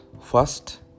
first